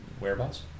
whereabouts